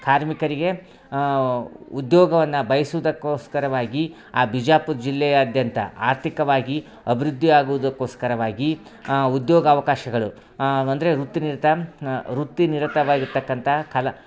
ಕಾರ್ಮಿಕರಿಗೆ ಉದ್ಯೋಗವನ್ನು ಬಯಸುವುದಕ್ಕೋಸ್ಕರವಾಗಿ ಆ ಬಿಜಾಪುರ ಜಿಲ್ಲೆಯಾದ್ಯಂತ ಆರ್ಥಿಕವಾಗಿ ಅಭಿವೃದ್ದಿಯಾಗುವುದಕ್ಕೋಸ್ಕರವಾಗಿ ಉದ್ಯೋಗ ಅವಕಾಶಗಳು ಅಂದರೆ ವೃತ್ತಿ ನಿರತ ವೃತ್ತಿ ನಿರತವಾಗಿರ್ತಕ್ಕಂಥ ಕೆಲ